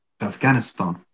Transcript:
Afghanistan